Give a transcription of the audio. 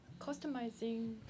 customizing